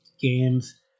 Games